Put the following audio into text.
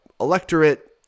electorate